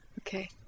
okay